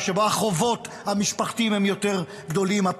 שבו החובות המשפחתיים הם גדולים יותר